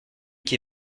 qui